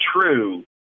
true